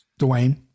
Dwayne